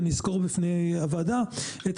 אני אסקור בפני הוועדה את